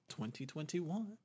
2021